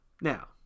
Now